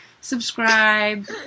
Subscribe